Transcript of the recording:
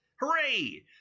Hooray